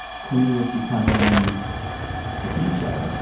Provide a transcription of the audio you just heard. queenie is becoming a tv show. right?